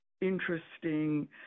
interesting